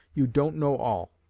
you don't know all.